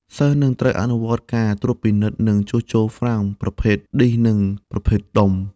សិស្សនឹងត្រូវអនុវត្តការត្រួតពិនិត្យនិងជួសជុលហ្វ្រាំងប្រភេទឌីសនិងប្រភេទដុំ។